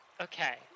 Okay